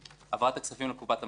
העברת הכספים לקופת המדינה,